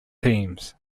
teams